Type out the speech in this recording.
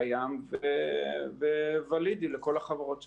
קיים ותקף לכל החברות שמשתתפות.